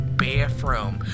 bathroom